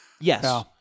Yes